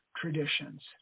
traditions